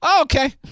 okay